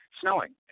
snowing